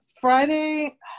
Friday